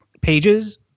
pages